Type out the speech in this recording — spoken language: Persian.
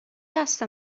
دست